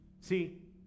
See